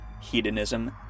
hedonism